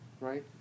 right